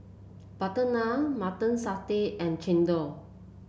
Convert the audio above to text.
butter naan Mutton Satay and chendol